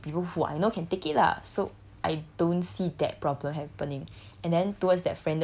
like I only said to people who I know can take it lah so I don't see that problem happening